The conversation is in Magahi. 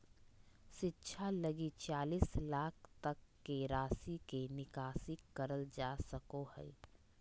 शिक्षा लगी चालीस लाख तक के राशि के निकासी करल जा सको हइ